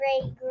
great